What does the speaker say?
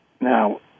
now